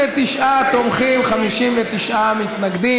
ומי נגד?